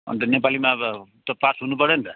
अनि त नेपालीमा अब त पास हुनुपऱ्यो नि त